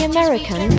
American